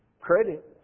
credit